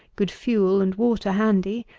good fuel and water handy,